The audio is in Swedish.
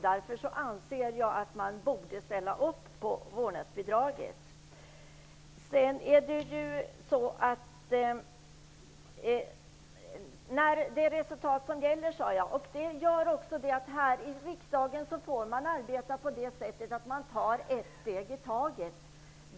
Därför anser jag att man borde ställa upp på vårdnadsbidraget. Jag sade att det är resultat som gäller. Det gör också att man får arbeta på det sättet att man tar ett steg i taget här i riksdagen.